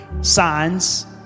signs